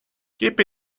keep